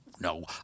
No